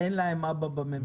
אין להם אבא בממשלה,